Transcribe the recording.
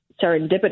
serendipitous